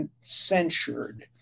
censured